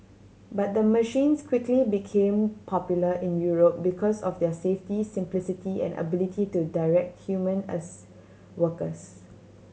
but the machines quickly became popular in Europe because of their safety simplicity and ability to direct human as workers